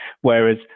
Whereas